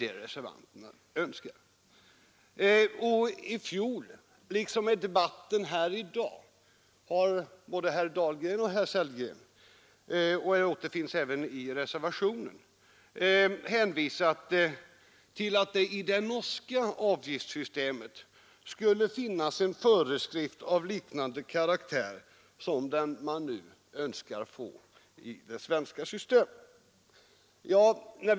I fjol liksom i debatten här i dag har både herr Dahlgren och herr Sellgren — det återfinns även i reservationen — hänvisat till att det i det norska avgiftssystemet skulle finnas en Nr 33 föreskrift av ungefär samma karaktär som den man nu önskar få i det Torsdagen den svenska systemet.